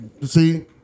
See